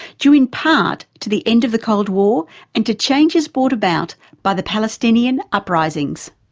due in part to the end of the cold war and to changes brought about by the palestinian uprisings.